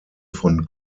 von